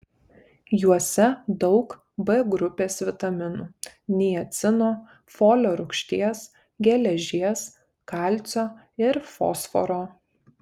juose daug b grupės vitaminų niacino folio rūgšties geležies kalcio ir fosforo